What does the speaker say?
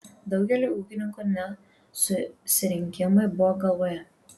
daugeliui ūkininkų ne susirinkimai buvo galvoje